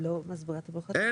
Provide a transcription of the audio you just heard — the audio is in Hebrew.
אין